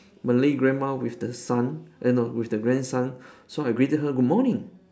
malay grandma with the son eh no with the grandson so I greeted her good morning